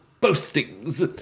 boastings